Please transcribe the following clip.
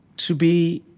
to be